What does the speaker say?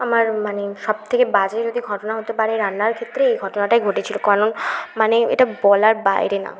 আমার মানে সব থেকে বাজে যদি ঘটনা হতে পারে রান্নার ক্ষেত্রে এই ঘটনাটাই ঘটেছিলো কারণ মানে এটা বলার বাইরে না